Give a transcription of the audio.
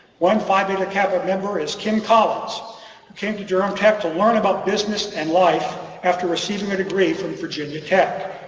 one phi beta kappa member is kim collins who came to durham tech to learn about business and life after receiving a degree from virginia tech.